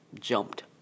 jumped